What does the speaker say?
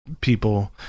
people